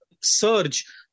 surge